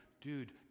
dude